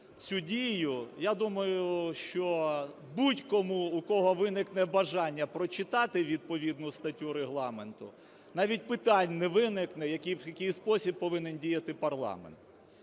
цю дію, я думаю, що будь-кому, в кого виникне бажання прочитати відповідну статтю Регламенту, навіть питань не виникне, в який спосіб повинен діяти парламент.